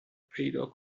پیدا